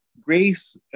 grace